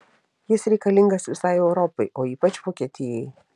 jis reikalingas visai europai o ypač vokietijai